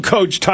Coach